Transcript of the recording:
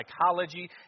psychology